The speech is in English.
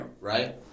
Right